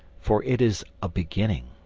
for it is a beginning.